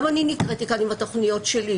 גם אני נקראתי כך עם התוכניות שלי,